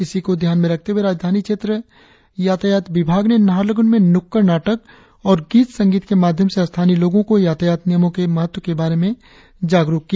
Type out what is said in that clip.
इसी को ध्यान में रखते हुए राजधानी क्षेत्र यातायात विभाग ने नाहरलगुन में नुक्कड़ नाटक और गीत संगीत के माध्यम से स्थानीय लोंगो को यातायात नियमों के पालन के महत्व पर जागरुक किया